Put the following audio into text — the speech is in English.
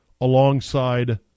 alongside